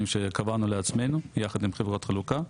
שקבענו לעצמנו ביחד עם חברות החלוקה.